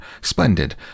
Splendid